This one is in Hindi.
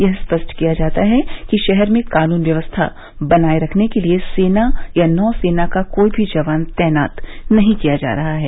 यह स्पष्ट किया जाता है कि शहर में कानून व्यवस्था बनाये रखने के लिए सेना या नौसेना का कोई भी जवान तैनात नहीं किया जा रहा है